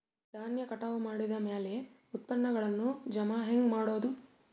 ಧಾನ್ಯ ಕಟಾವು ಮಾಡಿದ ಮ್ಯಾಲೆ ಉತ್ಪನ್ನಗಳನ್ನು ಜಮಾ ಹೆಂಗ ಮಾಡೋದು?